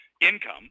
income